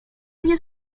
nie